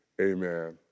amen